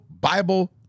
Bible